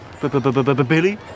Billy